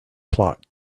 plot